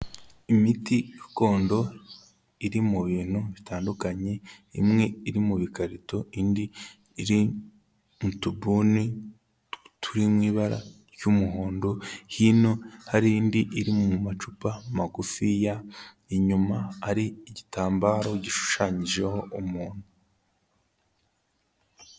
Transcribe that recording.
Imiti gakondo iri mu bintu bitandukanye, imwe iri mu bikarito, indi iri mu tubuni turi mu ibara ry'umuhondo, hino hari indi iri mu macupa magufiya, inyuma ari igitambaro gishushanyijeho umuntu.